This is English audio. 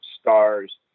stars